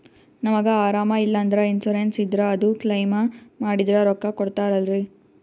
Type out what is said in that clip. ನಮಗ ಅರಾಮ ಇಲ್ಲಂದ್ರ ಇನ್ಸೂರೆನ್ಸ್ ಇದ್ರ ಅದು ಕ್ಲೈಮ ಮಾಡಿದ್ರ ರೊಕ್ಕ ಕೊಡ್ತಾರಲ್ರಿ?